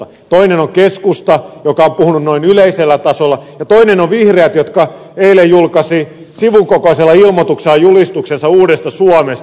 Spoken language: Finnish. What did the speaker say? toinen on keskusta joka on puhunut noin yleisellä tasolla ja toinen on vihreät joka eilen julkaisi sivun kokoisella ilmoituksella julistuksensa uudesta suomesta